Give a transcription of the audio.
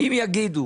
אם יגידו